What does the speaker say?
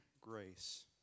grace